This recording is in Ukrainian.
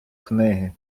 книги